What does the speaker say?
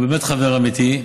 הוא באמת חבר אמיתי,